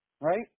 right